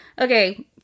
okay